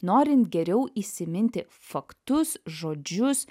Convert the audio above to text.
norint geriau įsiminti faktus žodžius